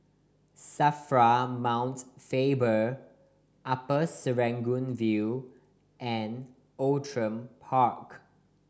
SAFRA Mount Faber Upper Serangoon View and Outram Park